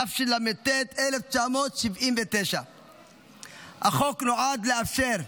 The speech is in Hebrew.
תשל"ט 1979. החוק נועד לאפשר,